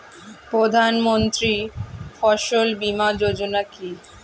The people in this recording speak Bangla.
প্রধানমন্ত্রী ফসল বীমা যোজনা কি?